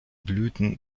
blüten